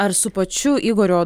ar su pačiu igorio